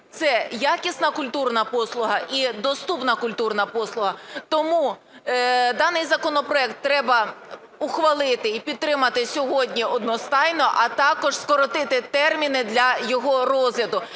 це якісна культурна послуга і доступна культурна послуга. Тому даний законопроект треба ухвалити і підтримати сьогодні одностайно, а також скоротити терміни для його розгляду.